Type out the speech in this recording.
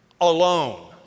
alone